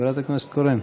חברת הכנסת קורן.